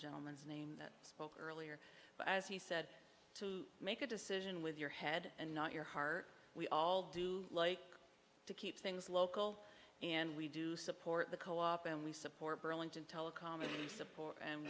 gentleman's name that spoke earlier but as he said to make a decision with your head and not your heart we all do like to keep things local and we do support the co op and we support burlington telecom and the support and